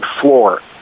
floor